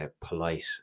polite